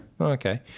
Okay